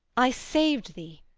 i saved thee.